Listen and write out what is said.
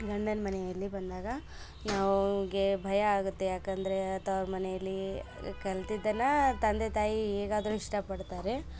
ಗಂಡನ ಮನೆಯಲ್ಲಿ ಬಂದಾಗ ನಮಗೆ ಭಯ ಆಗುತ್ತೆ ಯಾಕಂದರೆ ತವರು ಮನೆಯಲ್ಲಿ ಕಲ್ತಿದನ್ನಾ ತಂದೆ ತಾಯಿ ಹೇಗಾದ್ರು ಇಷ್ಟ ಪಡ್ತಾರೆ